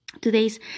Today's